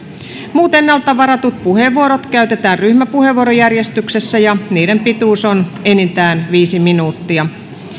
muut ennalta varatut puheenvuorot käytetään ryhmäpuheenvuorojärjestyksessä ja niiden pituus on enintään viisi minuuttia